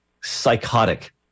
psychotic